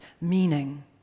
meaning